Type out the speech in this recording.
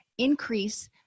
increase